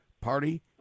party